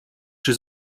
czy